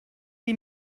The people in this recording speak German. die